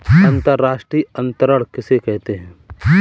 अंतर्राष्ट्रीय अंतरण किसे कहते हैं?